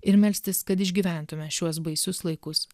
ir melstis kad išgyventume šiuos baisius laikus